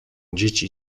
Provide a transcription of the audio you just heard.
dzieci